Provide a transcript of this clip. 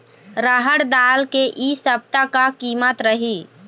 रहड़ दाल के इ सप्ता का कीमत रही?